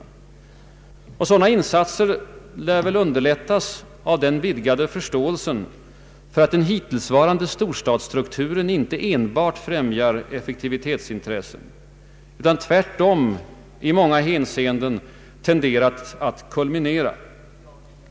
Sådana insatser lär underlättas av den vidgade förståelsen för att den hittillsvarande storstadsstrukturen inte enbart främjar = effektivitetsintressen, utan tvärtom i många hänseenden tenderar att kulminera.